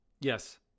yes